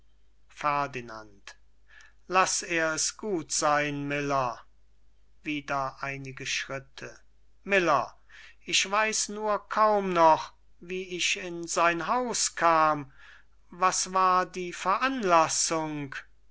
ferdinand laß er es gut sein miller wieder einige schritte miller ich weiß nur kaum noch wie ich in sein haus kam was war die veranlassung